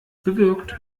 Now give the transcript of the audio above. bewirkt